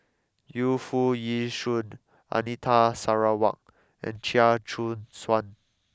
Yu Foo Yee Shoon Anita Sarawak and Chia Choo Suan